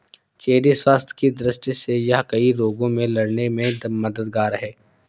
cherry स्वास्थ्य की दृष्टि से यह कई रोगों से लड़ने में मददगार है